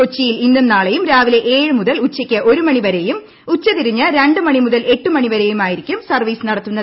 കൊച്ചിയിൽ ഇന്നും നാളെയും രാവിലെ ഏഴ് മുതൽ ഉച്ചയ്ക്ക് ഒരു മണി വരെയും ഉച്ചതിരിഞ്ഞ് രണ്ട് മണി മുതൽ എട്ട് മണി വരെയും ആയിരിക്കും സർവ്വീസ് നടത്തുന്നത്